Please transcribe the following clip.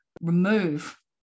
remove